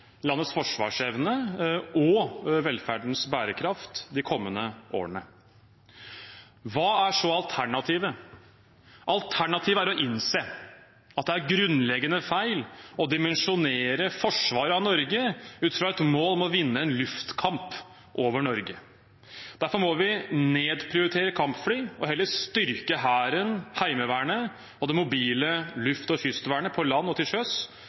landets forsvarsevne og velferdens bærekraft de kommende årene. Hva er så alternativet? Alternativet er å innse at det er grunnleggende feil å dimensjonere forsvaret av Norge ut fra et mål om å vinne en luftkamp over Norge. Derfor må vi nedprioritere kampfly og heller styrke Hæren, Heimevernet og det mobile luft- og kystvernet på land og til sjøs